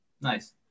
Nice